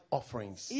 offerings